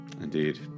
Indeed